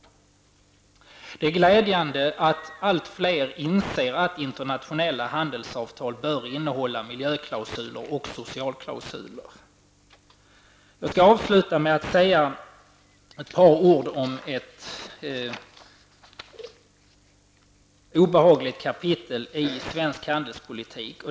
Det är glädjande att allt fler inser att internationella handelsavtal bör innehålla miljöklausuler och socialklausuler. Jag skall avsluta med att säga ett par ord om ett obehagligt kapitel i svensk handelspolitik.